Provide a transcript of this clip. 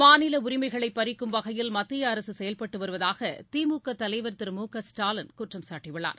மாநில உரிமைகளை பறிக்கும் வகையில் மத்திய அரசு செயல்பட்டு வருவதாக திமுக தலைவர் திரு மு க ஸ்டாலின் குற்றம் சாட்டியுள்ளார்